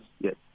yes